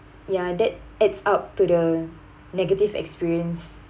ya that adds up to the negative experience